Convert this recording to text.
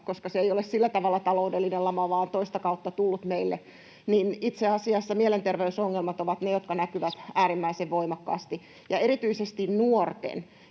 koska se ei ole sillä tavalla taloudellinen lama vaan toista kautta tullut meille — itse asiassa mielenterveysongelmat ovat ne, jotka näkyvät äärimmäisen voimakkaasti, ja erityisesti nuorten.